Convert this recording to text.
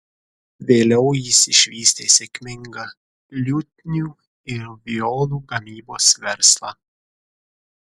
vėliau jis išvystė sėkmingą liutnių ir violų gamybos verslą